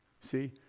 See